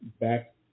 back